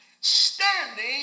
standing